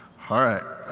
all right.